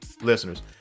listeners